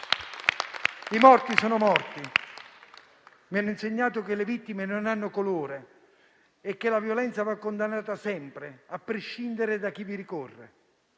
I morti sono morti. Mi hanno insegnato che le vittime non hanno colore e che la violenza va condannata sempre, a prescindere da chi vi ricorre.